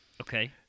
Okay